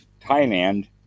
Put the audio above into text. Thailand